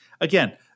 Again